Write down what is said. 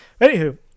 anywho